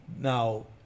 now